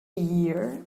year